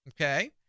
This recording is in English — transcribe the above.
Okay